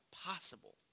possible